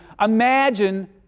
imagine